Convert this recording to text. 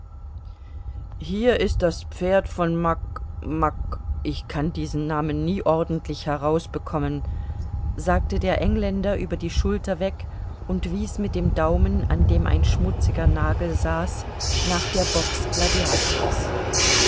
hier ist das pferd von mak mak ich kann diesen namen nie ordentlich herausbekommen sagte der engländer über die schulter weg und wies mit dem daumen an dem ein schmutziger nagel saß nach der box gladiators